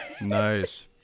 Nice